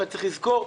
אבל צריך לזכור,